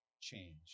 change